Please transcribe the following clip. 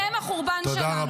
הם החורבן שלנו.